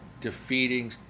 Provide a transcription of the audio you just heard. Defeating